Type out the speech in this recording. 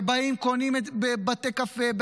שבאים וקונים בבתי קפה,